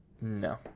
No